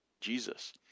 Jesus